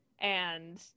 and-